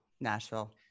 Nashville